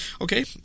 Okay